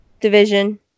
division